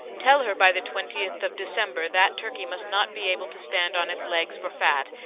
tell her by the twentieth of december that turkey must not be able to stand on its legs for fat,